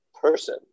person